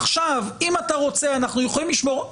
עכשיו אם אתה רוצה אנחנו יכולים לשמור,